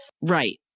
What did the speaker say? Right